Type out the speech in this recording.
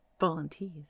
volunteers